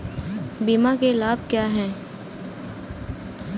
बीमा के लाभ क्या हैं?